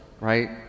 right